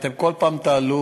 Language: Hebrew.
אתם בכל פעם תעלו,